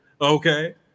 Okay